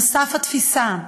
נוסף על כך, התפיסה שבה,